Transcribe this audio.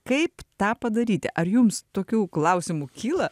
kaip tą padaryti ar jums tokių klausimų kyla